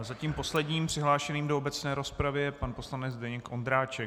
Zatím posledním přihlášeným do obecné rozpravy je pan poslanec Zdeněk Ondráček.